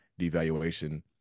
devaluation